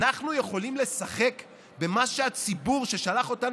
אנחנו יכולים לשחק במה שהציבור ששלח אותנו